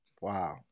Wow